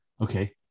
okay